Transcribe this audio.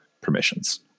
permissions